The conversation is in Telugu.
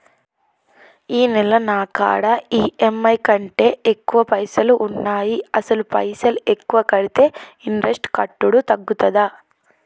ఈ నెల నా కాడా ఈ.ఎమ్.ఐ కంటే ఎక్కువ పైసల్ ఉన్నాయి అసలు పైసల్ ఎక్కువ కడితే ఇంట్రెస్ట్ కట్టుడు తగ్గుతదా?